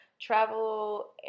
Travel